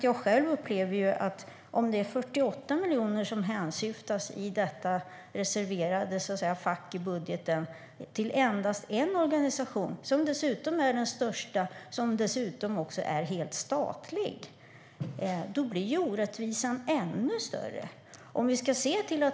Jag upplever själv att om det är 48 miljoner i detta reserverade fack i budgeten till endast en organisation, som också är den största och dessutom är helt statlig, då blir orättvisan ännu större.